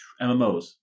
MMOs